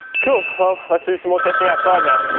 cool well let's do some more testing outside now.